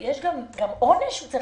יש עונש שגם